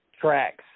tracks